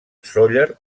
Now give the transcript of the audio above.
sóller